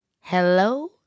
hello